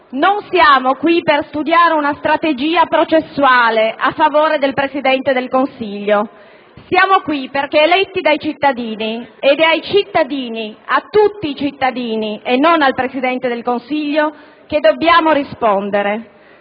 non siamo qui per studiare una strategia processuale a favore del Presidente del Consiglio: siamo qui perché siamo stati eletti dai cittadini ed è ai cittadini - a tutti i cittadini e non al Presidente del Consiglio - che dobbiamo rispondere.